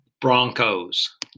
Broncos